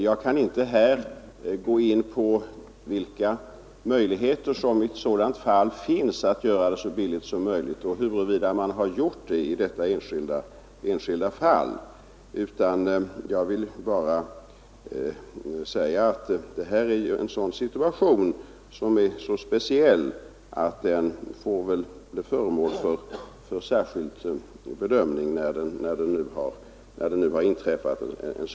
Jag kan inte här gå in på vilka möjligheter som i sådant fall finns att göra detta så billigt som möjligt och huruvida man gjort det i detta enskilda fall. Detta är en så speciell situation att den får bli föremål för särskild bedömning när det nu visat sig att något sådant kan inträffa.